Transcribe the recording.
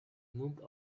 moved